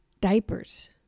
diapers